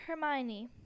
Hermione